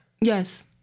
Yes